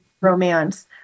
romance